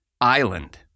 island